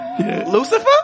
Lucifer